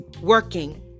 working